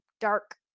dark